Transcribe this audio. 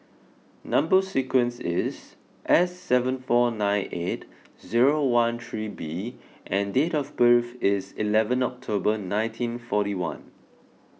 Number Sequence is S seven four nine eight zero one three B and date of birth is eleven October nineteen forty one